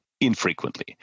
infrequently